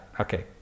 okay